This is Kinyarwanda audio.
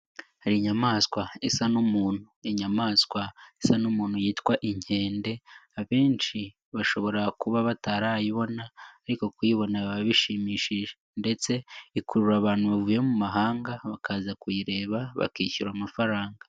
Hari inyamaswa isa n'umuntu, inyamaswa isa n'umuntu yitwa inkende abenshi bashobora kuba batarayibona ariko kuyibona biba bishimishije, ndetse ikurura abantu bavuye mu mahanga bakaza kuyireba bakishyura amafaranga.